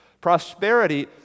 Prosperity